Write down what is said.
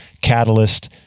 Catalyst